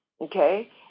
okay